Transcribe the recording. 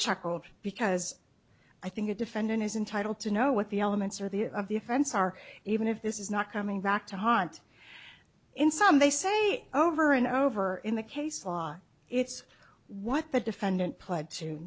chuckle because i think a defendant is entitled to know what the elements are the of the offense are even if this is not coming back to haunt in sum they say over and over in the case law it's what the defendant pl